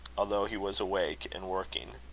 although he was awake and working.